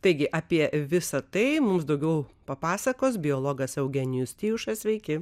taigi apie visa tai mums daugiau papasakos biologas eugenijus tijušas sveiki